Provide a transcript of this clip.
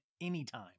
anytime